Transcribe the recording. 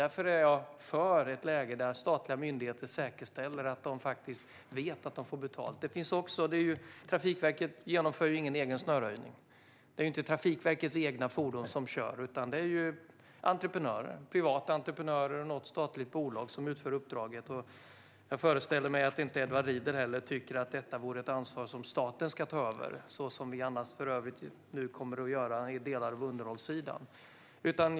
Därför är jag för att statliga myndigheter säkerställer att de faktiskt vet att det de betalar för utförs. Trafikverket utför ingen egen snöröjning. Det är inte Trafikverkets egna fordon som kör, utan det är privata entreprenörer och något statligt bolag som utför uppdraget. Jag föreställer mig att inte heller Edward Riedl tycker att detta är ett ansvar som staten borde ta över så som vi för övrigt kommer att göra med delar av underhållssidan.